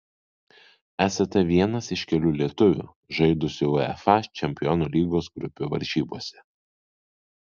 esate vienas iš kelių lietuvių žaidusių uefa čempionų lygos grupių varžybose